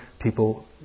people